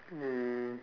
um